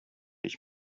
ich